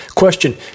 question